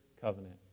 covenant